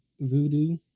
Voodoo